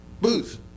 Booze